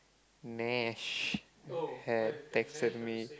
Nash had texted me